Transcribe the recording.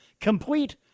complete